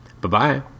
Bye-bye